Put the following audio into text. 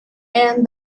and